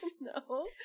No